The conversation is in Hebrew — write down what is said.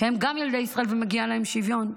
הם גם ילדי ישראל ומגיע להם שוויון,